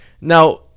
Now